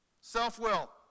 self-will